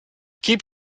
keep